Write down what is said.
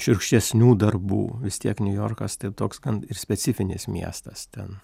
šiurkštesnių darbų vis tiek niujorkas toks gan ir specifinis miestas ten